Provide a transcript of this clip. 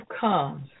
comes